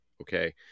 okay